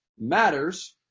matters